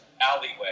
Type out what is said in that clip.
alleyway